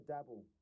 Dabble